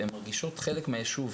הן מרגישות חלק מהיישוב,